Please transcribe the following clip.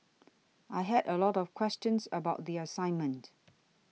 I had a lot of questions about the assignment